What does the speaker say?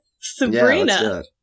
Sabrina